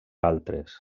altres